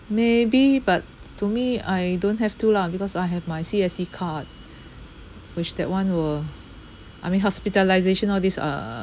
maybe but to me I don't have to lah because I have my C_S_C card which that [one] will I mean hospitalisation all these uh uh